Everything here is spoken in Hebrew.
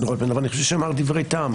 רוטמן אבל אני חושב שהוא אמר דברי טעם.